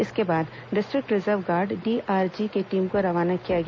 इसके बाद district reserve guard DRG की टीम को रवाना किया गया